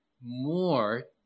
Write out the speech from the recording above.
more